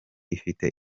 ifite